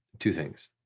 two things.